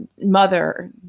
mother